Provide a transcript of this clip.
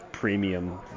Premium